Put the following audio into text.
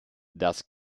das